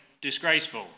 disgraceful